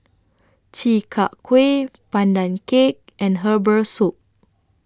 Chi Kak Kuih Pandan Cake and Herbal Soup